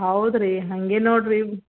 ಹೌದ್ರೀ ಹಾಗೆ ನೋಡಿರಿ